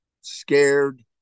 scared